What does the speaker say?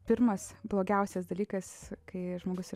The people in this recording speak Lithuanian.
pirmas blogiausias dalykas kai žmogus yra